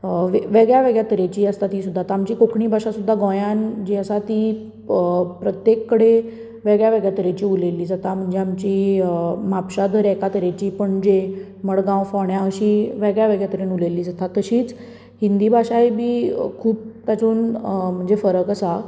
अ वेगळ्या वेगळ्या तरेची आसता ती सुद्दां आतां आमची कोंकणी भाशा गोयांत जी आसा ती अ प्रत्येक कडेन वेगळ्या वेगळ्या तरेची उलयल्ली जाता म्हणजे आमची अ म्हापशां जर एका तरेची पणजे मडगांव फोंड्यां अशी वेगळ्या वेगळ्या तरेन उलयल्ली जाता तशीच हिंदी भाशाय बी खूब तातूंत अ म्हणजें फरक आसा